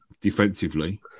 defensively